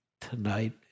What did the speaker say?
tonight